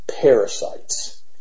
parasites